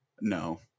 No